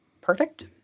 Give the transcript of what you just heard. perfect